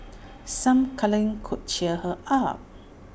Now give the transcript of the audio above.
some cuddling could cheer her up